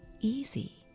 easy